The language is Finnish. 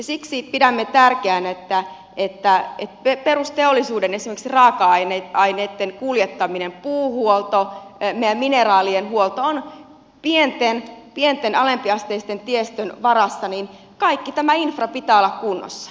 siksi pidämme tärkeänä koska perusteollisuuden esimerkiksi raaka aineitten kuljettaminen puuhuolto mineraalien huolto on pienen alempiasteisen tiestön varassa että kaiken tämän infran pitää olla kunnossa